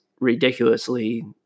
ridiculously